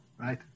right